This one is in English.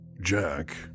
Jack